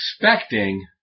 expecting